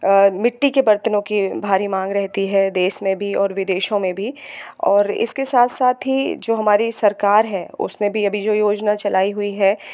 मिट्टी के बर्तनों के भारी मांग रहती है देश में भी और विदेशों में भी और इसके साथ साथ ही जो हमारी सरकार है उसमें भी अभी जो योजना चलाई हुई है